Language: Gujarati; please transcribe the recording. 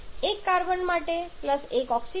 1 કાર્બન માટે 1 ઓક્સિજન માટે 3